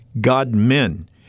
God-men